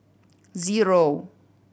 zero